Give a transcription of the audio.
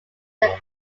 their